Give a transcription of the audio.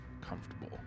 comfortable